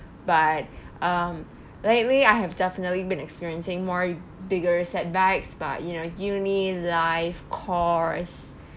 but um lately I have definitely been experiencing more bigger setbacks about you know uni life course